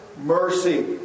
mercy